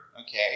Okay